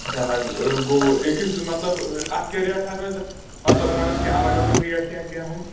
اچھا حظ گوٚو أکِس مطلب اَتھ کیاہ ریٹھاہ روزِ اَتھ مطلب یِمن اَتھ کیٚنٛہہ الگ الگ ریٹھ یا کیٚنٛہہ ہُہ